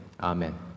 Amen